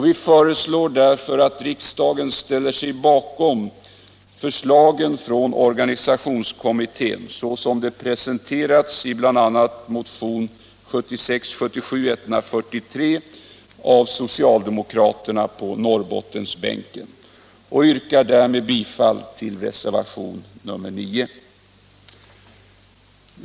Vi föreslår därför att riksdagen ställer sig bakom förslagen från organisationskommittén såsom de presenterats i bl.a. motionen 1976/77:143 av socialdemokraterna på Norrbottensbänken, och jag yrkar därmed bifall till reservationen 9.